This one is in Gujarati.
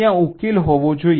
ત્યાં ઉકેલ હોવો જોઈએ